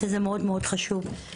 וזה מאוד מאוד חשוב.